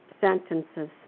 sentences